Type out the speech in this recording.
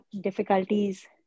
difficulties